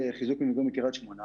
לציבור יש מודעות,